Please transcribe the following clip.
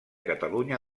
catalunya